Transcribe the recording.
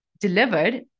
delivered